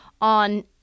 on